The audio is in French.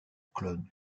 clone